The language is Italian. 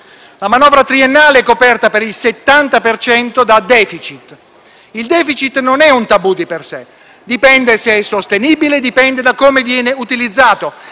la manovra triennale è coperta per il 70 per cento da *deficit.* Il *deficit* non è un tabù di per sé, dipende se è sostenibile e da come viene utilizzato.